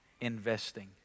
investing